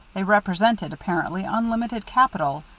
they represented apparently unlimited capital,